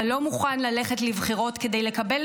אתה לא מוכן ללכת לבחירות כדי לקבל